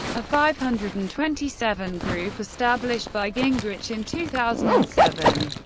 a five hundred and twenty seven group established by gingrich in two thousand and seven.